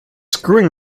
screwing